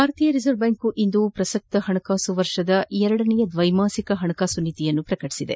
ಭಾರತೀಯ reserve bank ಇಂದು ಪ್ರಸಕ್ತ ಹಣಕಾಸು ವರ್ಷದ ದ್ರೈಮಾಸಿಕ ಹಣಕಾಸು ನೀತಿ ಪ್ರಕಟಿಸಿದೆ